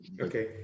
Okay